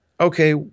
Okay